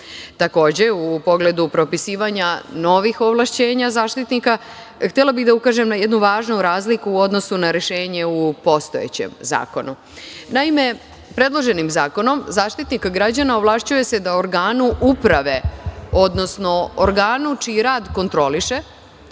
građana. Takođe, u pogledu propisivanja novih ovlašćenja Zaštitnika građana, htela bih da ukažem na jednu važnu razliku u odnosu na rešenje u postojećem zakonu. Naime, predloženim zakonom Zaštitnika građana ovlašćuje se da organu uprave, odnosno organu čiji rad kontroliše